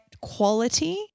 quality